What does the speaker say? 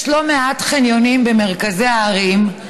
יש לא מעט חניונים במרכזי הערים,